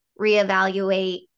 reevaluate